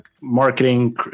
marketing